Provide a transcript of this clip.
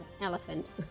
elephant